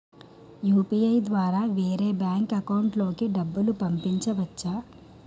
UPI ద్వారా వేరే bank account లోకి డబ్బులు పంపించవచ్చా?